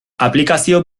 aplikazio